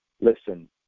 Listen